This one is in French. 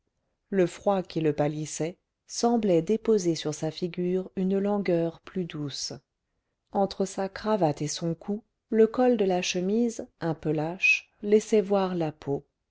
le froid qui le pâlissait semblait déposer sur sa figure une langueur plus douce entre sa cravate et son cou le col de la chemise un peu lâche laissait voir la peau